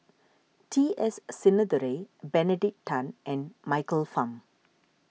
T S Sinnathuray Benedict Tan and Michael Fam